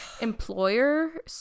employer